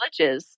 glitches